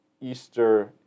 Easter